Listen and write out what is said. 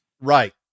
Right